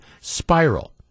spiral